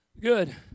Good